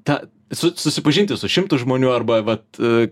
tą susipažinti su šimtu žmonių arba vat